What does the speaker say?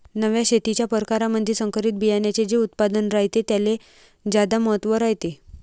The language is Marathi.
नव्या शेतीच्या परकारामंधी संकरित बियान्याचे जे उत्पादन रायते त्याले ज्यादा महत्त्व रायते